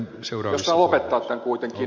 jos saan lopettaa tämän kuitenkin